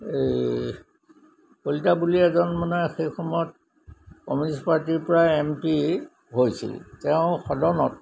এই কলিতা বুলি এজন মানে সেই সময়ত কমিউনিষ্ট পাৰ্টিৰ পৰা এম পি হৈছিল তেওঁ সদনত